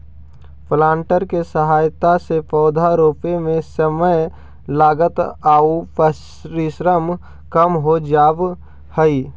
planter के सहायता से पौधा रोपे में समय, लागत आउ परिश्रम कम हो जावऽ हई